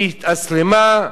היא התאסלמה,